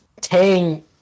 Tang